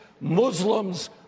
Muslims